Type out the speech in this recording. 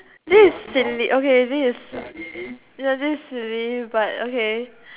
this is silly okay this is this is silly but okay